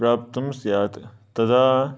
प्राप्तुं स्यात् तदा